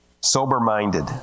sober-minded